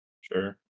Sure